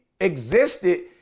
existed